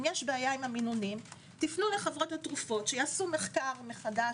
אם יש בעיה עם המינונים תפנו לחברות התרופות שיעשו מחקר מחדש,